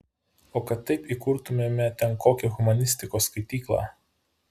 o kad taip įkurtumėme ten kokią humanistikos skaityklą